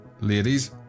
Ladies